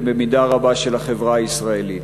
ובמידה רבה של החברה הישראלית.